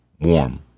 warm